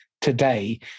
today